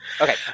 Okay